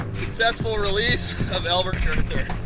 successful release of albert gurther,